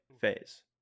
phase